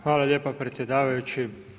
Hvala lijepa predsjedavajući.